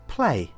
Play